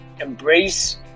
embrace